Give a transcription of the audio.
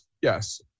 yes